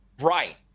Right